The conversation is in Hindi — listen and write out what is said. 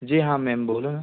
जी हाँ मैम बोलो न